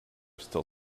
still